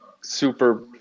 super